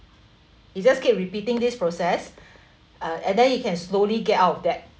you just keep repeating this process uh and then you can slowly get out of debt